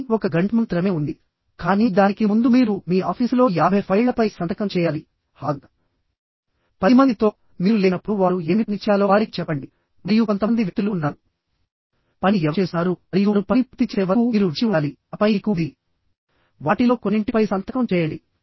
కాని ఒక గంట్ m త్రమే ఉంది కానీ దానికి ముందు మీరు మీ ఆఫీసులో 50 ఫైళ్ళపై సంతకం చేయాలి హాగ్ 10 మంది తో మీరు లేనప్పుడు వారు ఏమి పని చేయాలో వారికి చెప్పండి మరియు కొంతమంది వ్యక్తులు ఉన్నారు పనిని ఎవరు చేస్తున్నారు మరియు వారు పనిని పూర్తి చేసే వరకు మీరు వేచి ఉండాలి ఆపై మీకు ఉందివాటిలో కొన్నింటిపై సంతకం చేయండి